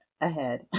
ahead